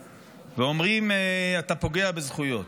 ואומרים: אתה פוגע בזכויות.